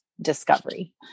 discovery